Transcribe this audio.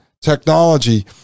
technology